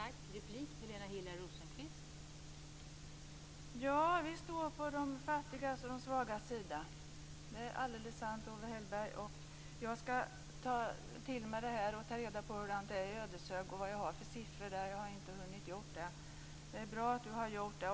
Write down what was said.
Fru talman! Ja, vi står på de fattigas och de svagas sida. Det är alldeles sant, Owe Hellberg! Jag skall ta till mig detta och ta reda på hur det är i Ödeshög - vad det är för siffror där. Jag har hittills inte hunnit med det. Men det är bra att Owe Hellberg har gjort det.